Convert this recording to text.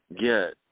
get